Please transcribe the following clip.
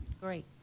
Great